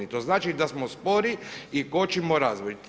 To znači da smo spori i kočimo razvoj.